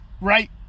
right